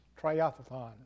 triathlon